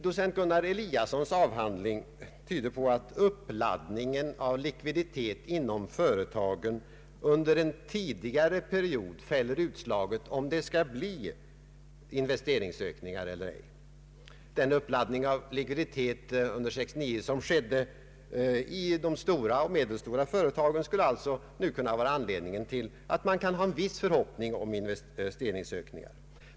Docent Gunnar Eliassons avhandling tyder på att uppladdningen av likviditet inom företagen under en tidigare pe riod fäller utslaget, om det skall bli investeringsökningar eller ej. Den uppladdning av likviditet som under 1969 skedde i de stora och medelstora företagen skulle alltså nu kunna vara anledningen till att man kan ha en viss förhoppning om investeringsökningar.